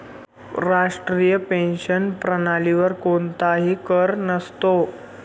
राष्ट्रीय पेन्शन प्रणालीवर कोणताही कर नसतो